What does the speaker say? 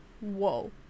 whoa